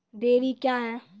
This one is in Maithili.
डेयरी क्या हैं?